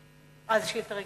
אה, זו שאילתא רגילה,